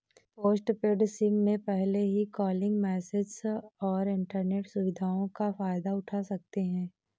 postpaid SIM में पहले ही कॉलिंग, मैसेजस और इन्टरनेट सुविधाओं का फायदा उठा सकते हैं